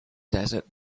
desert